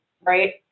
right